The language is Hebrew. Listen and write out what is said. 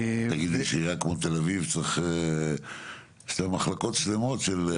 תגיד, עירייה כמו תל אביב צריך מחלקות שלמות?